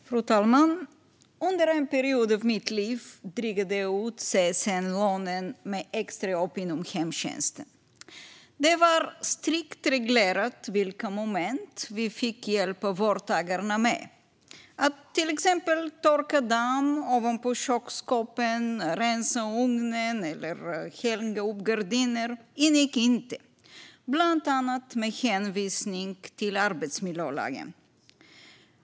Fru talman! Under en period i mitt liv drygade jag ut CSN-lånen med extrajobb inom hemtjänsten. Det var strikt reglerat vilka moment vi fick hjälpa vårdtagarna med. Att till exempel torka damm ovanpå köksskåpen, rengöra ugnen eller hänga upp gardiner ingick inte, bland annat med hänvisning till arbetsmiljölagen.